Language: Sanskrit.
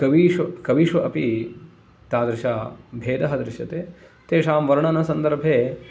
कवीशु कविषु अपि तादृशभेदः दृश्यते तेषां वर्णनसन्दर्भे